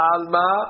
Alma